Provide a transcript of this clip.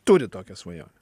turi tokią svajonę